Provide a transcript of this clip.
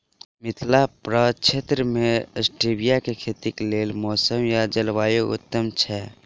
मिथिला प्रक्षेत्र मे स्टीबिया केँ खेतीक लेल मौसम आ जलवायु उत्तम छै?